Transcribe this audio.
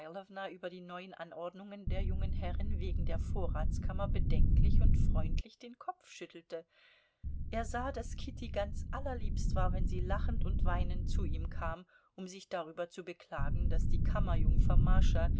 über die neuen anordnungen der jungen herrin wegen der vorratskammer bedenklich und freundlich den kopf schüttelte er sah daß kitty ganz allerliebst war wenn sie lachend und weinend zu ihm kam um sich darüber zu beklagen daß die kammerjungfer mascha